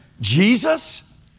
Jesus